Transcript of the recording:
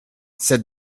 said